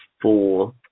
four